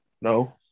No